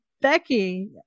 Becky